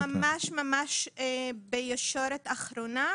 אנחנו ממש ממש בישורת אחרונה,